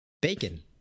Bacon